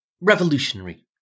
revolutionary